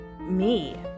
me